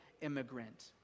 immigrant